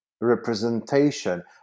representation